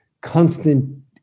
constant